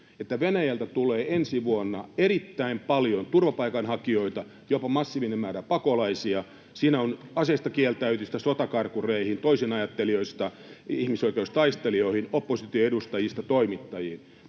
Venäjältä tulee ensi vuonna erittäin paljon turvapaikanhakijoita, jopa massiivinen määrä pakolaisia? Siinä on aseistakieltäytyjistä sotakarkureihin, toisinajattelijoista ihmisoikeustaistelijoihin, opposition edustajista toimittajiin.